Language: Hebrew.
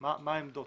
מה העמדות.